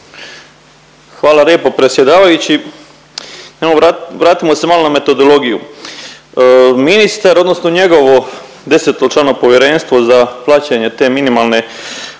Hvala lijepo predsjedavajući. Vratimo se malo na metodologiju. Ministar odnosno njegovo desetočlano povjerenstvo za plaćanje te minimalne